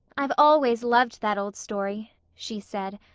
i've always loved that old story, she said,